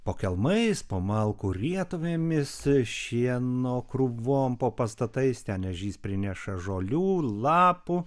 po kelmais po malkų rietuvėmis šieno krūvom po pastatais ten ežys prineša žolių lapų